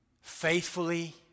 faithfully